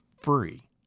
free